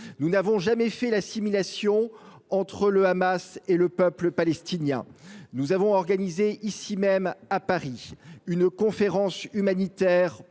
Nous n’avons jamais assimilé le Hamas au peuple palestinien. Nous avons organisé ici même, à Paris, une conférence humanitaire